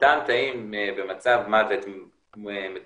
אותם תאים במצב מוות מתוכנן